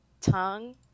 tongue